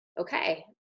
okay